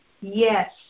Yes